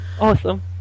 Awesome